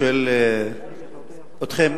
שואל אתכם,